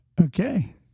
Okay